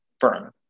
firm